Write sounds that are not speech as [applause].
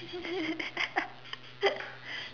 [laughs]